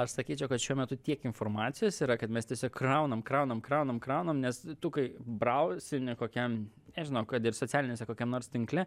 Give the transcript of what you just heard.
aš sakyčiau kad šiuo metu tiek informacijos yra kad mes tiesiog kraunam kraunam kraunam kraunam nes tu kai brausini kokiam nežinau kad ir socialiniuose kokiam nors tinkle